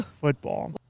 football